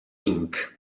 inc